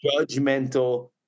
judgmental